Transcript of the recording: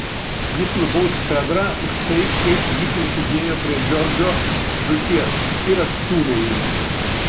jis nubaus fedrą už tai kaip ji prisidėjo prie džordžo žūties ir atstūmė jį